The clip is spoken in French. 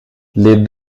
les